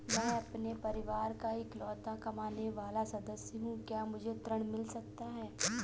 मैं अपने परिवार का इकलौता कमाने वाला सदस्य हूँ क्या मुझे ऋण मिल सकता है?